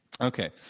Okay